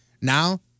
Now